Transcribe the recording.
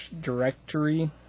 directory